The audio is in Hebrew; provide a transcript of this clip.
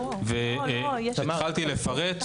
התחלתי לפרט,